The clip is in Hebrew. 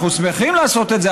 אנחנו שמחים לעשות את זה,